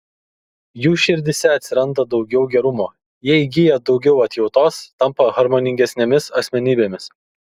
jų širdyse atsiranda daugiau gerumo jie įgyja daugiau atjautos tampa harmoningesnėmis asmenybėmis